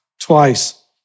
twice